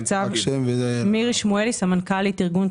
אני סמנכ"לית ארגון,